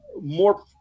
more